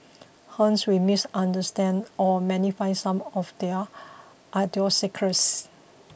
hence we misunderstand or magnify some of their idiosyncrasies